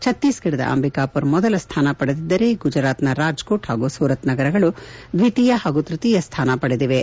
ಛತ್ತೀಸ್ಗಢದ ಅಂಬಿಕಾಪುರ್ ಮೊದಲ ಸ್ಲಾನ ಪಡೆದಿದ್ದರೆ ಗುಜರಾತ್ನ ರಾಜ್ಕೋಟ್ ಹಾಗೂ ಸೂರತ್ ನಗರಗಳು ದ್ವಿತೀಯ ಹಾಗೂ ತೃತೀಯ ಸ್ನಾನ ಪಡೆದಿವೆ